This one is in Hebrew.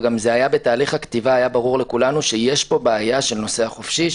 וגם היה ברור לכולנו בתהליך הכתיבה שיש פה בעיה של נוסע חופשי,